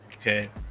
okay